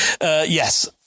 Yes